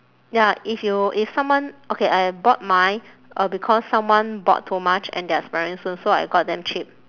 ya if you if someone okay I bought mine uh because someone bought too much and they're expiring soon so I got them cheap